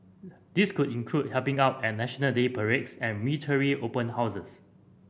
this could include helping out at National Day parades and military open houses